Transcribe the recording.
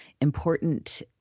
important